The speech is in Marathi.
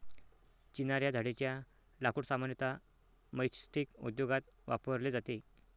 चिनार या झाडेच्या लाकूड सामान्यतः मैचस्टीक उद्योगात वापरले जाते